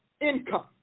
income